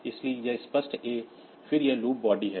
इसलिए यह स्पष्ट A फिर यह लूप बॉडी है